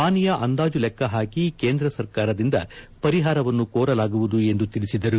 ಹಾನಿಯ ಅಂದಾಜು ಲೆಕ್ಕ ಹಾಕಿ ಕೇಂದ್ರ ಸರ್ಕಾರದಿಂದ ಪರಿಹಾರವನ್ನು ಕೋರಲಾಗುವುದು ಎಂದು ತಿಳಿಸಿದರು